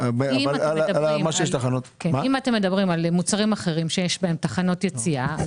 אם מדובר על מוצרים אחרים שיש בהם תחנות יציאה,